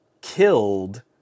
killed